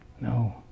No